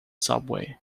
subway